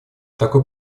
такой